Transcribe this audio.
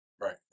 Right